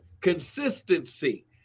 consistency